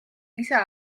ise